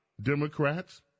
Democrats